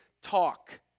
talk